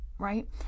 right